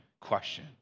question